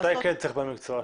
מתי כן צריך בעל מקצוע?